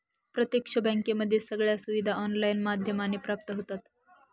प्रत्यक्ष बँकेमध्ये सगळ्या सुविधा ऑनलाईन माध्यमाने प्राप्त होतात